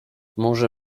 może